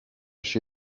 się